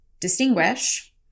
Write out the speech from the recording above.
distinguish